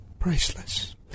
Priceless